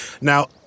Now